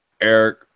Eric